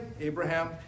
Abraham